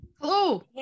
Hello